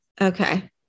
Okay